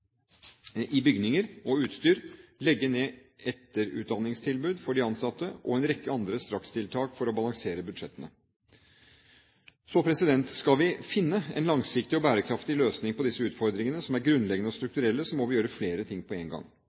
i bygninger og utstyr, legge ned etterutdanningstilbud for de ansatte og sette inn en rekke andre strakstiltak for å balansere budsjettene. Skal vi finne en langsiktig og bærekraftig løsning på disse utfordringene, som er grunnleggende og strukturelle, må vi gjøre flere ting på en gang.